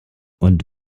und